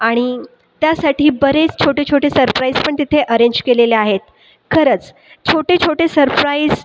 आणि त्यासाठी बरेच छोटे छोटे सरप्राइज पण तिथे अरेंज केलेले आहेत खरंच छोटे छोटे सरप्राइज